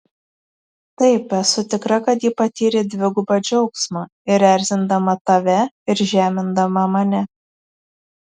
taip esu tikra kad ji patyrė dvigubą džiaugsmą ir erzindama tave ir žemindama mane